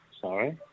Sorry